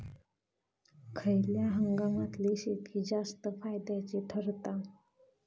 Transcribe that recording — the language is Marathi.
खयल्या हंगामातली शेती जास्त फायद्याची ठरता?